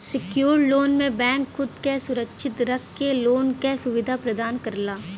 secured loan में bank खुद क सुरक्षित रख के लोन क सुविधा प्रदान करला